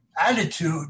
attitude